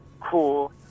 cool